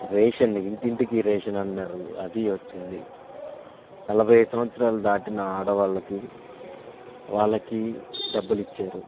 ration ఇంటింటికి ration అన్నారు అది వచ్చింది నలభై సంవత్సరాలు దాటిన ఆడవాళ్ళకి వాళ్ళకి డబ్బులు ఇచ్చారు